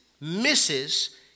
misses